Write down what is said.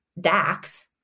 Dax